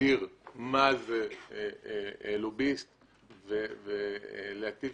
להגדיר מהו לוביסט ולהטיל